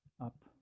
up